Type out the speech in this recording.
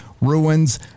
ruins